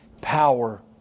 power